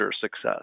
success